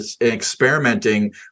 experimenting